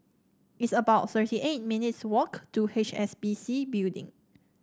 it's about thirty eight minutes' walk to H S B C Building